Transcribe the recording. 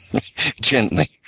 Gently